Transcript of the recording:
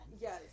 yes